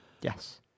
Yes